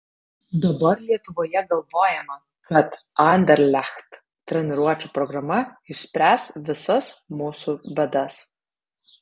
dabar lietuvoje galvojama kad anderlecht treniruočių programa išspręs visas mūsų bėdas